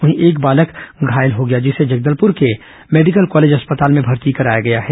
वहीं एक बालक घायल हो गया है जिसे जगदलपुर के मेडिकल कॉलेज में भर्ती कराया गया है